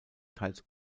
teils